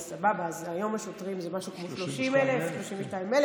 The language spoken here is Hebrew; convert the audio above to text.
סבבה, אז היום השוטרים זה משהו, 30,000, 32,000?